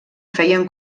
feien